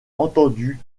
entendu